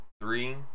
three